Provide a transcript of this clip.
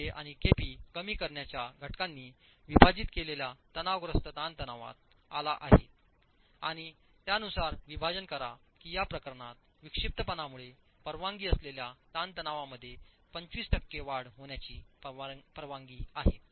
केए आणिकेपी कमी करण्याच्या घटकांनी विभाजित केलेल्या तणावग्रस्त ताणतणावात आलाआहातआणित्यानुसार विभाजन करा की या प्रकरणात विक्षिप्तपणामुळे परवानगी असलेल्या ताणतणावामध्ये 25 टक्के वाढ होण्याची परवानगी आहे